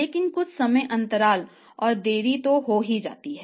लेकिन कुछ समय अंतराल और देरी तो हो ही जाती है